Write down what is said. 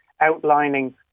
Outlining